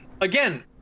again